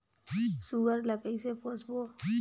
सुअर ला कइसे पोसबो?